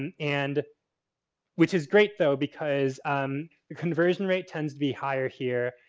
and and which is great though because um the conversion rate tends to be higher here.